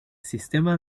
sistema